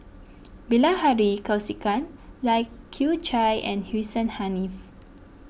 Bilahari Kausikan Lai Kew Chai and Hussein Haniff